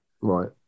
Right